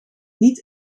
niet